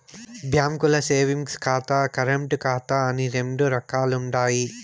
బాంకీల్ల సేవింగ్స్ ఖాతా, కరెంటు ఖాతా అని రెండు రకాలుండాయి